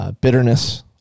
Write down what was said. Bitterness